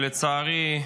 שלצערי,